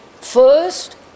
first